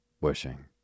wishing